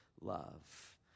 love